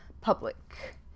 public